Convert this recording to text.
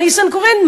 מר ניסנקורן,